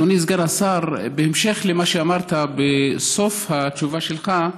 אדוני סגן השר, בהמשך למה שאמרת בסוף התשובה שלך,